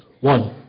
One